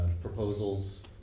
proposals